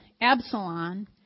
Absalom